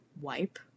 wipe